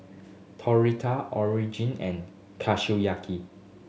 Tortilla Origin and